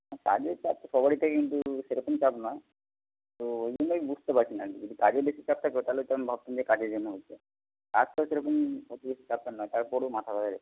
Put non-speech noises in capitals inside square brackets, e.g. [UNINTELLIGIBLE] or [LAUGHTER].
হ্যাঁ কাজের চাপ তো সবারই থাকে কিন্তু সেরকম চাপ নয় তো ওইগুলোই বুঝতে পারছি না যে যদি কাজের বেশি চাপ থাকতো তাহলে তো আমি ভাবতাম যে কাজের জন্য হচ্ছে কাজ তো সেরকম অতিরিক্ত চাপের নয় তারপরেও মাথাব্যথা [UNINTELLIGIBLE]